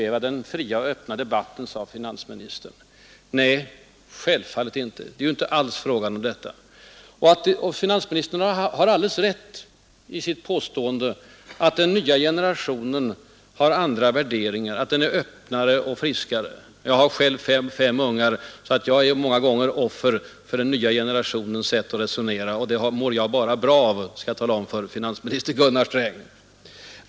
Nej, äva den fria och öppna debatten, sade finansälvfallet inte. Det är inte alls fråga om detta. Finansministern har alldeles rätt i sitt påstående att den nya generationen har andra värderingar, att den är öppnare och friare. Jag har själv fem ungar, så jag är många gånger offer för den nya generationens sätt att resonera, och det mår jag bra av, skall jag tala om för finansminister Gunnar Sträng.